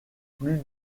plus